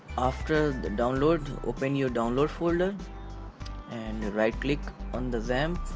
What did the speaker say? after the download open your download folder and right-click on the xampp,